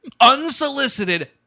unsolicited